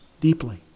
deeply